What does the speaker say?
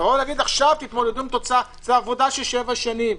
לומר: תתמודדו עם תוצאה זו עבודה של שבע שנים.